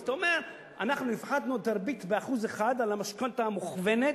אז אתה אומר: אנחנו הפחתנו את הריבית ב-1% על המשכנתה המוכוונת,